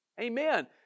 Amen